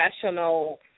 professional